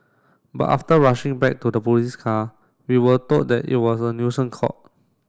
but after rushing back to the police car we were told that it was a nuisance call